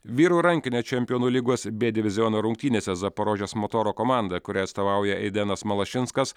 vyrų rankinio čempionų lygos b diviziono rungtynėse zaporožės motoro komanda kurią atstovauja eidenas malašinskas